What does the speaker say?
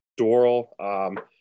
Doral